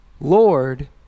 Lord